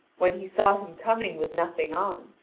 when he saw him coming with nothing on,